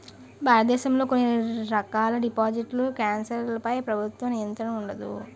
భారతదేశంలో కొన్ని రకాల డిజిటల్ కరెన్సీలపై ప్రభుత్వ నియంత్రణ ఉండదు